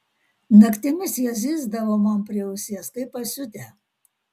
naktimis jie zyzdavo man prie ausies kaip pasiutę